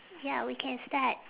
ya we can start